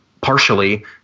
partially